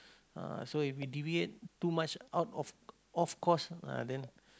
ah so if we deviate too much out of off course uh then